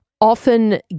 often